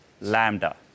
Lambda